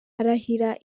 arahira